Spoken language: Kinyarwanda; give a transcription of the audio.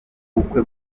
ubukwe